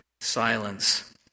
Silence